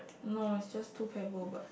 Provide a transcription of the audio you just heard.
no is just two pebble but